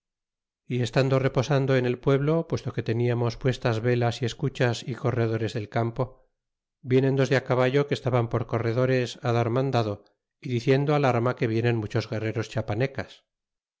y estando reposando en el pueblo puesto que teniamos puestas velas y escuchas y corredores del campo vienen dos de caballo que estaban por corredores dar mandado y diciendo al arma que vienen muchos guerreros chiapanecas